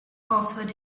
offered